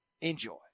Enjoy